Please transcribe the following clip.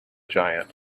giant